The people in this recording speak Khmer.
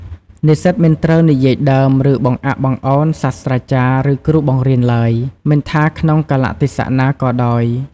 និស្សិតមិនត្រូវ និយាយដើម ឬបង្អាប់បង្អោន សាស្រ្តាចារ្យ ឬគ្រូបង្រៀនឡើយ មិនថាក្នុងកាលៈទេសៈណាក៏ដោយ។